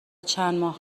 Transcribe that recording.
چندماه